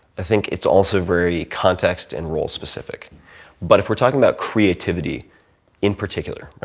i think it's also very context and role specific but if we're talking about creativity in particular, right,